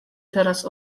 teraz